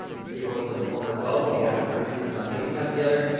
april is a performer as well. we're both um producers on hadestown together.